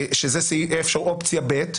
שזאת אופציה ב'.